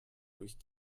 durch